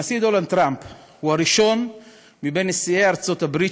הנשיא דונלד טראמפ הוא הראשון מבין נשיאי ארצות הברית